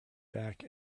back